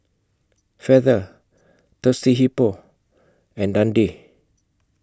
Feather Thirsty Hippo and Dundee